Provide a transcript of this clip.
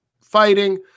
fighting